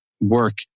work